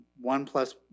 One-plus